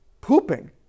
pooping